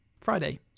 friday